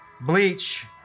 bleach